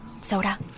Soda